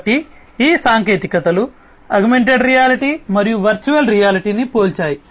కాబట్టి ఈ సాంకేతికతలు ఆగ్మెంటెడ్ రియాలిటీ మరియు వర్చువల్ రియాలిటీని పోల్చాయి